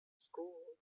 school